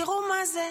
תראו מה זה,